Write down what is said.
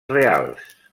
reals